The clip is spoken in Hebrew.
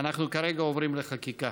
ואנחנו כרגע עוברים לחקיקה.